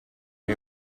che